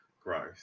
growth